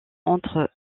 entre